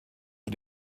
für